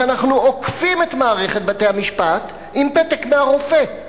אנחנו עוקפים את מערכת בתי-המשפט עם פתק מהרופא.